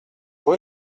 rue